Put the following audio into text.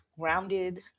grounded